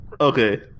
Okay